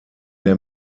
der